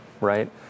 right